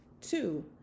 Two